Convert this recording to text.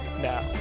now